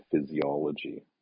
physiology